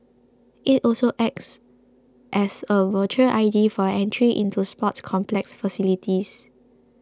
it also acts as a virtual I D for entry into sports complex facilities